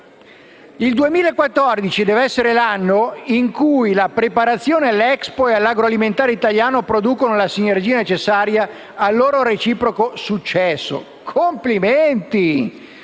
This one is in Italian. sarebbe dovuto essere l'anno in cui la preparazione all'Expo e l'agroalimentare italiano avrebbero dovuto produrre la sinergia necessaria al loro reciproco successo. Complimenti!